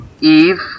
Eve